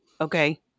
okay